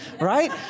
right